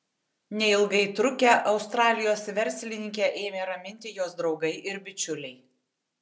neilgai trukę australijos verslininkę ėmė raminti jos draugai ir bičiuliai